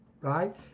right